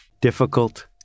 Difficult